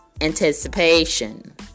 anticipation